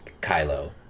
Kylo